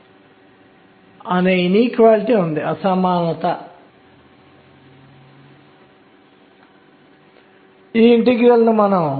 ప్రస్తుతానికి మనం మగ్నిట్యూడ్ పరిమాణం గురించి ఆలోచిద్దాం